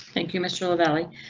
thank you mr. lavalley,